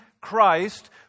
Christ